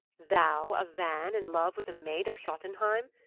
thou, a van, in love with a maid of jotunheim!